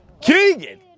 Keegan